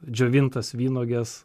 džiovintas vynuoges